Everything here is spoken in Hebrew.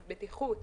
בטיחות,